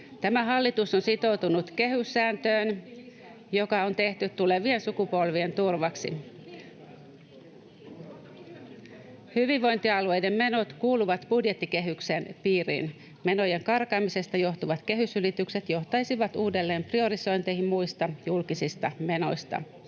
Tämä hallitus on sitoutunut kehyssääntöön, joka on tehty tulevien sukupolvien turvaksi. Hyvinvointialueiden menot kuuluvat budjettikehyksen piiriin. Menojen karkaamisesta johtuvat kehysylitykset johtaisivat uudelleenpriorisointeihin muista julkisista menoista.